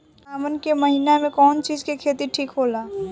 सावन के महिना मे कौन चिज के खेती ठिक होला?